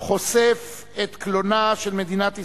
חושף את קלונה של מדינת ישראל,